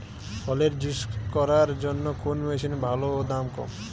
ফলের জুস করার জন্য কোন মেশিন ভালো ও দাম কম?